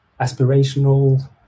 aspirational